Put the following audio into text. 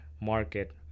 market